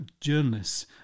journalists